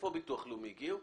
ביטוח לאומי הגיעו?